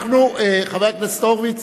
חבר הכנסת הורוביץ,